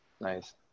nice